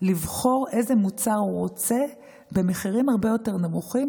לבחור איזה מוצר הוא רוצה במחירים הרבה יותר נמוכים,